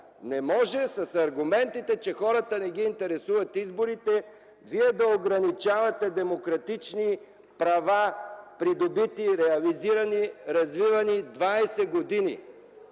Не може с аргументите, че хората не ги интересуват изборите, вие да ограничавате демократични права, придобити, реализирани и развивани 20 години!